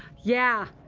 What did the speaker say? yeah.